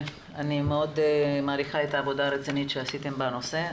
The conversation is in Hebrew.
אני מאוד מעריכה את העבודה הרצינית שעשיתם בנושא.